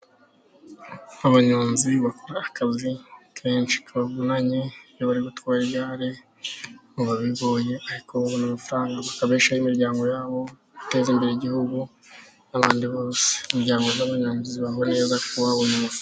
Abanyonzi bakora akazi kenshi kavunanye. Iyo bari batwaye igare biba bigoye ariko babona amafaranga bakabeshaho imiryango yabo, baguteza imbere igihugu n' abandi bose. Imiryango y'abanyonzi ibaho neza kubera ko babona umushahara.